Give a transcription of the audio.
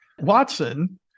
Watson